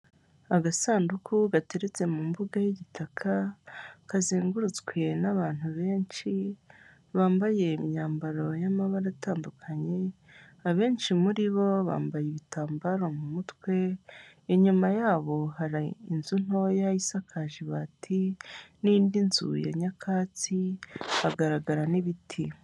Agasanduku gateretse mu mbuga y'igitaka kazengurutswe n'abantu benshi, bambaye imyambaro y'amabara atandukanye, abenshi muri bo bambaye ibitambaro mu mutwe, inyuma yabo hari inzu ntoya isakaje ibati n'indi nzu ya nyakatsi, hagaragara n'ibiti.